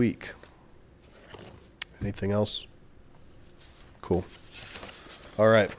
week anything else cool all right